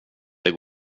det